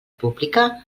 pública